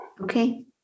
Okay